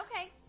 okay